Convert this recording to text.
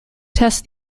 test